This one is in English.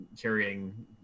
carrying